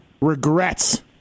regrets